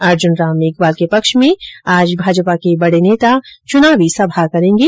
अर्जुन राम मेघवाल के पक्ष में आज भाजपा के बडे नेता चुनावी सभा करेंगे